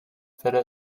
feta